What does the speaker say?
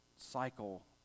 cycle